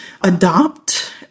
Adopt